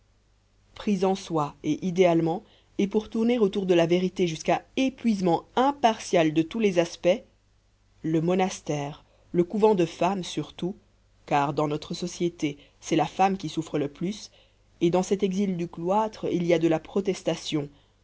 pris en soi et idéalement et pour tourner autour de la vérité jusqu'à épuisement impartial de tous les aspects le monastère le couvent de femmes surtout car dans notre société c'est la femme qui souffre le plus et dans cet exil du cloître il y a de la protestation